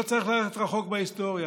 לא צריך ללכת רחוק בהיסטוריה.